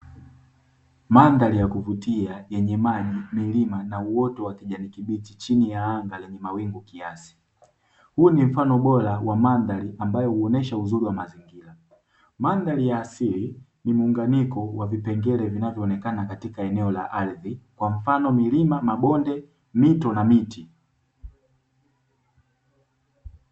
Mandhari ya kuvutia yenye maji, milima na uoto wa kijani kibichi chini ya anga lenye mawingu kiasi, huu ni mfano bora wa mandhari ambayo huonyesha uzuri wa mazingira. Mandhari ya asili ni muunganiko wa vipengele vinavyoonekana katika eneo la ardhi kwa mfano: milima, mabonde, mito na miti.